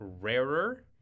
rarer